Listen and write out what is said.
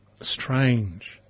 strange